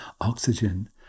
oxygen